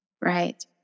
Right